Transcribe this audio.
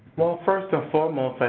well, first and foremost,